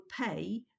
pay